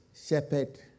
shepherd